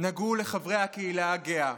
נגעו לחברי הקהילה הגאה.